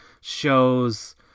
shows